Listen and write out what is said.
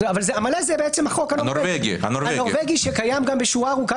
המלא זה החוק הנורבגי שקיים גם בשורה ארוכה